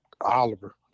Oliver